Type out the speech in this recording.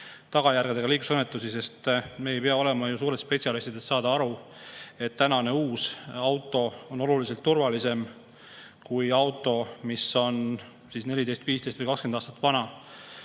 tagajärgedega liiklusõnnetusi. Me ei pea olema suured spetsialistid, et aru saada, et uus auto on oluliselt turvalisem kui auto, mis on 14, 15 või 20 aastat vana.